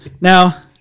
Now